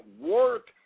work